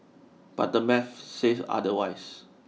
but the math says otherwise